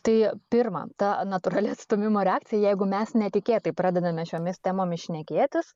tai pirma ta natūrali atstūmimo reakcija jeigu mes netikėtai pradedame šiomis temomis šnekėtis